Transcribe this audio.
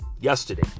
Yesterday